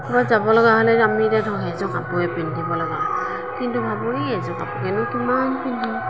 ক'ৰবাত যাব লগা হ'লে আমি এতিয়া ধৰক সেইযোৰ কাপোৰে পিন্ধিব লগা হয় কিন্তু ভাবোঁ এই এইযোৰ কাপোৰকেনো কিমান পিন্ধিম